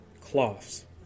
cloths